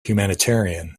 humanitarian